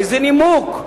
באיזה נימוק?